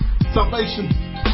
salvation